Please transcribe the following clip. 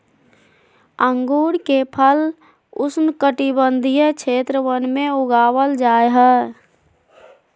अंगूर के फल उष्णकटिबंधीय क्षेत्र वन में उगाबल जा हइ